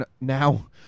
now